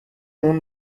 اون